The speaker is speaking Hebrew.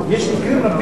יש מקרים רבים,